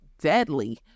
deadly